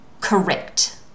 correct